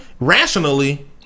Rationally